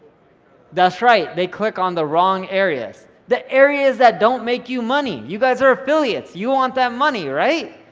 that's right, they click on the wrong areas, the areas that don't make you money. you guys are affiliates. you want that money, right?